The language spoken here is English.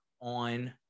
on